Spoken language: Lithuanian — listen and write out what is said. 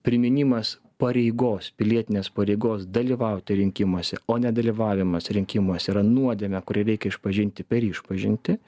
priminimas pareigos pilietinės pareigos dalyvauti rinkimuose o nedalyvavimas rinkimuos yra nuodėmė kurią reikia išpažinti per išpažintį